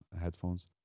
headphones